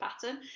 pattern